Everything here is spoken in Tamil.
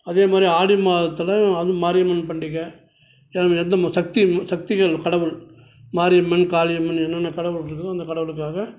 அதேமாதிரி ஆடி மாதத்தில் அதுவும் மாரியம்மன் பண்டிகை எந்த எந்த ம சக்தியும் சக்திகள் கடவுள் மாரியம்மன் காளியம்மன் என்னென்ன கடவுள் இருக்குதோ அந்த கடவுளுக்காக